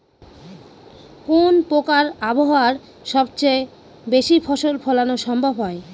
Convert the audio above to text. কোন প্রকার আবহাওয়ায় সবচেয়ে বেশি ফসল ফলানো সম্ভব হয়?